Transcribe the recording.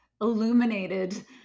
illuminated